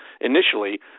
initially